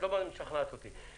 את לא משכנעת אותי.